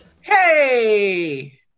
Hey